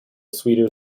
sweeter